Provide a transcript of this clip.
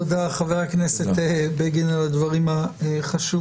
תודה, חבר הכנסת בגין, על הדברים החשובים.